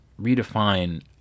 redefine